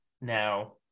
now